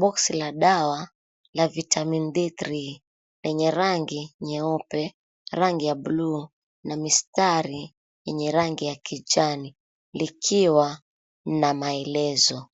Boxi la dawa la Vitamin D3 lenye rangi nyeupe, rangi ya blue na mistari yenye rangi ya kijani likiwa na maelezo.